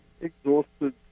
exhausted